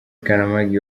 karamagi